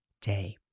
day